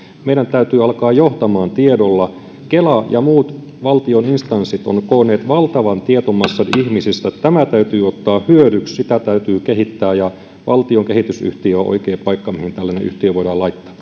meidän täytyy alkaa johtamaan tiedolla kela ja muut valtion instanssit ovat koonneet valtavan tietomassan ihmisistä tämä täytyy ottaa hyödyksi sitä täytyy kehittää ja valtion kehitysyhtiö on oikea paikka mihin tällainen yhtiö voidaan laittaa